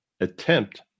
attempt